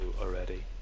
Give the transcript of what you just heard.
already